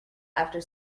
after